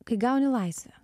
kai gauni laisvę